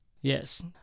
Yes